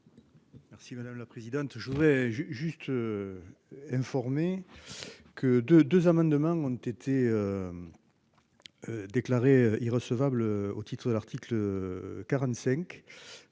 Merci madame la présidente. Je voudrais juste. Informé que de deux amendements ont été. Déclarées irrecevables au titre de l'article. 45